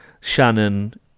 Shannon